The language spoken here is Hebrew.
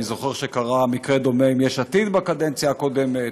אני זוכר שקרה מקרה דומה עם יש עתיד בקדנציה הקודמת,